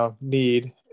need